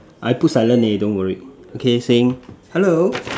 I put silent already don't worry okay saying hello